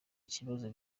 ibibazo